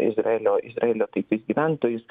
izraelio izraelio taikius gyventojus